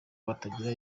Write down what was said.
batagira